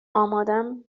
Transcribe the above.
آمادم